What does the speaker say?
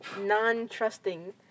non-trusting